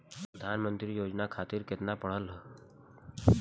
प्रधानमंत्री योजना खातिर केतना पढ़ल होखे के होई?